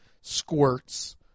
squirts